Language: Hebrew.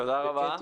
תודה רבה.